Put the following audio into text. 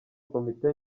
komite